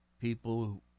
people